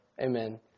Amen